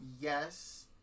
yes